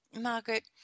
Margaret